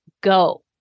go